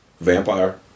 Vampire